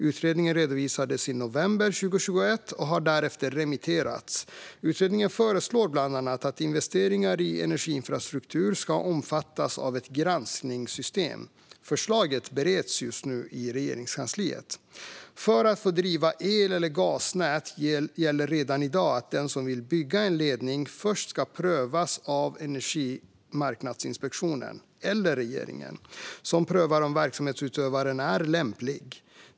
Utredningen redovisades i november 2021 och har därefter remitterats. Utredningen föreslår bland annat att investeringar i energiinfrastruktur ska omfattas av ett granskningssystem. Förslaget bereds nu i Regeringskansliet. För att få driva el eller gasnät gäller redan i dag att den som vill bygga en ledning först ska prövas av Energimarknadsinspektionen eller regeringen, som prövar om verksamhetsutövaren är lämplig.